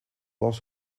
was